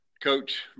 coach